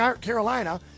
Carolina